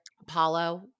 Apollo